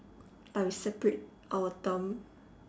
I separate our thumb